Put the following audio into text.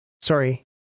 sorry